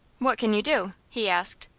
what can you do? he asked.